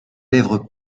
lèvres